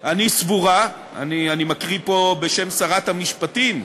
אני סבורה, אני מקריא פה בשם שרת המשפטים,